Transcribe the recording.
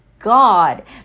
God